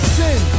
sin